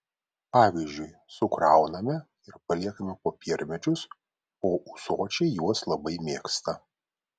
pavyzdžiui sukrauname ir paliekame popiermedžius o ūsočiai juos labai mėgsta